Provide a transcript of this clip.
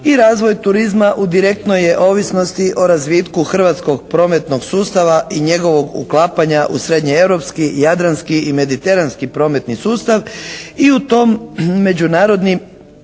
i razvoj turizma u direktnoj je ovisnosti o razvitku hrvatskog prometnog sustava i njegovog uklapanja u srednjeeuropski, jadranski i mediteranski prometni sustav i u tom međunarodni